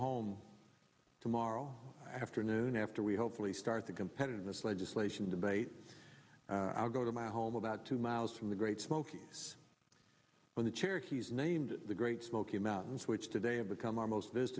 home tomorrow afternoon after we hopefully start the competitiveness legislation debate i'll go to my home about two miles from the great smoky when the cherokees named the great smoky mountains which today have become our most